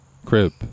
Crib